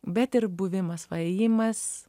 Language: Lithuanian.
bet ir buvimas va ėjimas